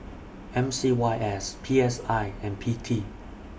M C Y S P S I and P T